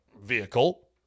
vehicle